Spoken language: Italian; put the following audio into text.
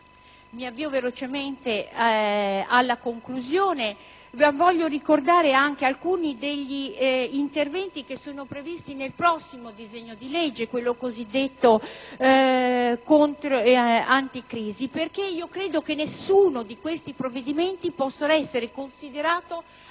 Mi avvio velocemente alla conclusione. Vorrei ricordare anche alcuni degli interventi previsti nel prossimo disegno di legge, quello cosiddetto anticrisi, perché credo che nessuno di questi provvedimenti possa essere considerato